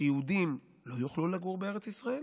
שיהודים לא יוכלו לגור בארץ ישראל